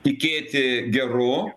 tikėti geru